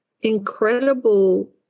incredible